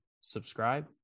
subscribe